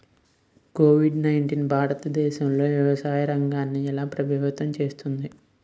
Covid nineteen భారతదేశంలోని వ్యవసాయ రంగాన్ని ఎలా ప్రభావితం చేస్తుంది?